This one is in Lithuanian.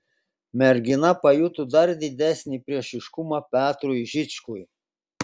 mergina pajuto dar didesnį priešiškumą petrui žičkui